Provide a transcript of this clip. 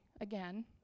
again